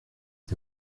est